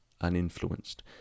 uninfluenced